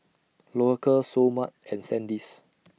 Loacker Seoul Mart and Sandisk